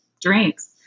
drinks